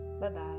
Bye-bye